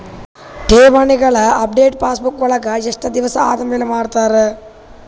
ಠೇವಣಿಗಳ update passbook ವಳಗ ಎಷ್ಟ ದಿವಸ ಆದಮೇಲೆ ಮಾಡ್ತಿರ್?